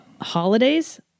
holidays